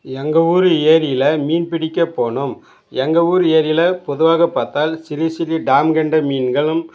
எங்கள் ஊர் ஏரியில் மீன் பிடிக்க போனோம் எங்கள் ஊர் ஏரியில் பொதுவாக பார்த்தால் சிறு சிறு டேம் கெண்டை மீன்களும்